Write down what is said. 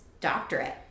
doctorate